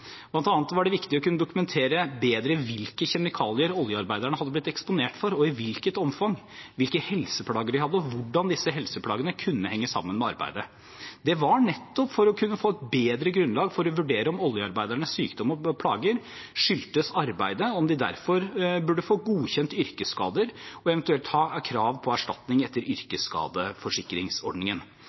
var det viktig å kunne dokumentere bedre hvilke kjemikalier oljearbeiderne hadde blitt eksponert for, og i hvilket omfang, hvilke helseplager de hadde, og hvordan disse helseplagene kunne henge sammen med arbeidet. Det var nettopp for å kunne få et bedre grunnlag for å vurdere om oljearbeidernes sykdom og plager skyldtes arbeidet, og om de derfor burde få godkjent yrkesskader og eventuelt ha krav på erstatning etter yrkesskadeforsikringsordningen.